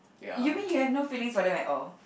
you mean you have no feelings for them at all